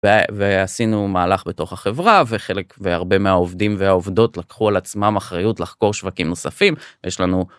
ועשינו מהלך בתוך החברה וחלק והרבה מהעובדים והעובדות לקחו על עצמם אחריות לחקור שווקים נוספים יש לנו.